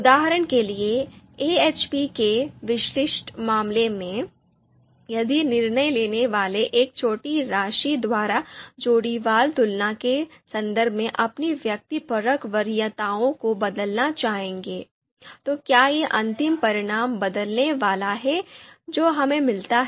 उदाहरण के लिए AHP के विशिष्ट मामले में यदि निर्णय लेने वाले एक छोटी राशि द्वारा जोड़ीवार तुलना के संदर्भ में अपनी व्यक्तिपरक वरीयताओं को बदलना चाहेंगे तो क्या यह अंतिम परिणाम बदलने वाला है जो हमें मिलता है